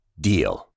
DEAL